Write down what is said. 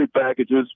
packages